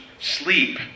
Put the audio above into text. sleep